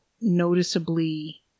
noticeably